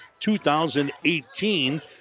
2018